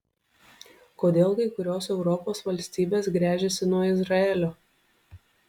kodėl kai kurios europos valstybės gręžiasi nuo izraelio